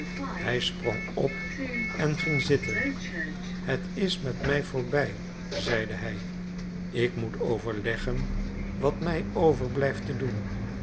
hij sprong op en ging zitten het is met mij voorbij zeide hij ik moet overleggen wat mij overblijft te doen